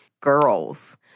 Girls